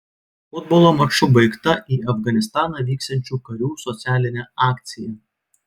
futbolo maču baigta į afganistaną vyksiančių karių socialinė akcija